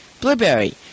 Blueberry